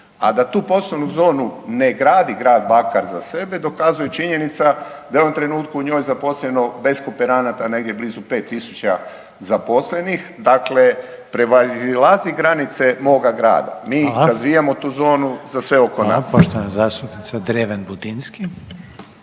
A da tu poslovnu zonu ne gradi grad Bakar za sebe dokazuje i činjenica da je u ovom trenutku u njoj zaposleno bez kooperanata negdje blizu 5000 zaposlenih, dakle prevazilazi granice moga grada. Mi razvijamo tu zonu za sve oko nas.